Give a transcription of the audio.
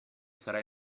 sarà